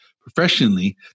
professionally